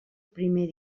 primer